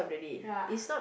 ya